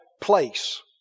place